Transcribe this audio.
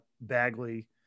bagley